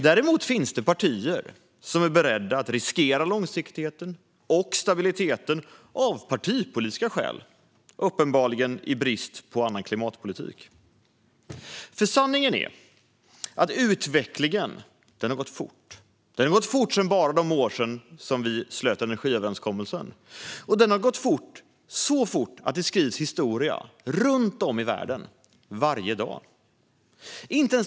Däremot finns det partier som är beredda att riskera långsiktigheten och stabiliteten av partipolitiska skäl, uppenbarligen i brist på annan klimatpolitik. Sanningen är att utvecklingen har gått fort bara under de år som gått sedan vi slöt energiöverenskommelsen. Den har gått så fort att det skrivs historia runt om i världen varje dag.